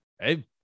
hey